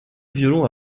violon